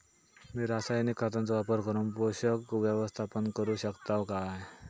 मी रासायनिक खतांचो वापर करून पोषक व्यवस्थापन करू शकताव काय?